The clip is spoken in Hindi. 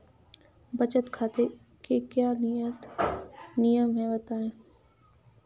बचत खाते के क्या नियम हैं बताएँ?